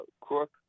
Crook